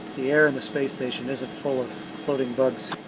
the air in the space station isn't full of floating bugs,